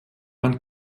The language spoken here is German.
man